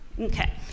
Okay